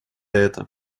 это